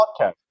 podcast